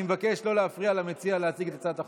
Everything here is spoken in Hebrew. אני מבקש לא להפריע למציע להציג את הצעת החוק.